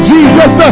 Jesus